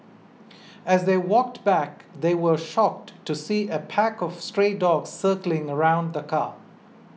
as they walked back they were shocked to see a pack of stray dogs circling around the car